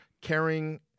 caring